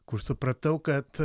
kur supratau kad